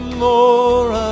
more